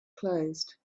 closed